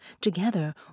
Together